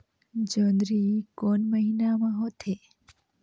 जोंदरी कोन महीना म होथे?